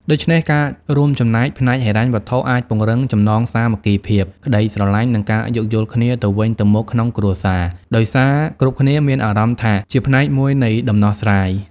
ដូច្នេះ ការរួមចំណែកផ្នែកហិរញ្ញវត្ថុអាចពង្រឹងចំណងសាមគ្គីភាព ក្ដីស្រឡាញ់ និងការយោគយល់គ្នាទៅវិញទៅមកក្នុងគ្រួសារ ដោយសារគ្រប់គ្នាមានអារម្មណ៍ថាជាផ្នែកមួយនៃដំណោះស្រាយ។